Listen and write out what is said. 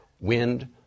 Wind